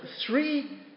three